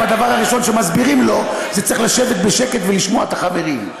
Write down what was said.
הדבר הראשון שמסבירים לו זה: צריך לשבת בשקט ולשמוע את החברים.